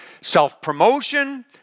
Self-promotion